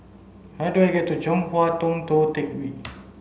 how do I get to Chong Hua Tong Tou Teck Hwee